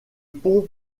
pont